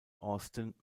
austin